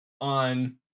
on